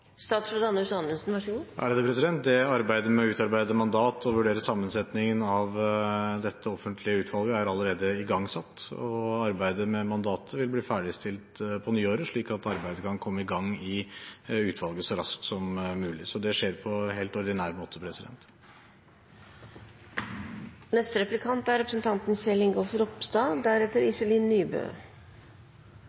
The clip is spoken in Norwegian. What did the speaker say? Arbeidet med å utarbeide mandat og vurdere sammensetning av dette offentlige utvalget er allerede igangsatt. Arbeidet med mandatet vil bli ferdigstilt på nyåret, slik at arbeidet i utvalget kan komme i gang så raskt som mulig. Dette skjer på helt ordinær måte. Først vil jeg bare si at grunnen til at jeg ikke er